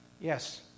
Yes